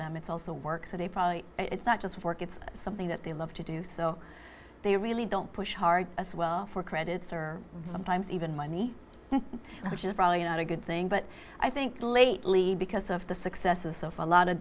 them it's also work so they probably it's not just work it's something that they love to do so they really don't push hard as well for credits or sometimes even money which is probably not a good thing but i think lately because of the successes so far a lot of